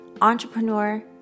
entrepreneur